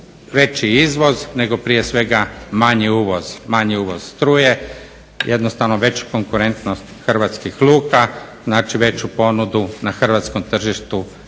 veći izvoz nego prije svega manji uvoz. Manji uvoz struje jednostavno veću konkurentnost hrvatskih luka, znači veću ponudu na hrvatskom tržištu